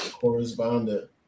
Correspondent